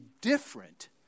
different